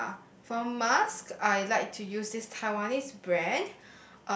ya for mask I like to use these Taiwanese brand